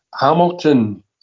Hamilton